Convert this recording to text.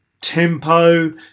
tempo